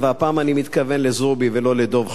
והפעם אני פונה כמובן לזועבי ולא לדב חנין,